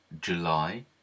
July